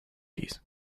cookies